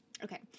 Okay